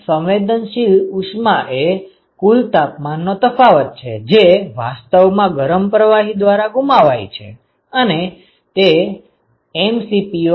આમ સંવેદનશીલ ઉષ્માએ કુલ તાપમાનનો તફાવત છે જે વાસ્તવમાં ગરમ પ્રવાહી દ્વારા ગુમાવાય છે અને તે m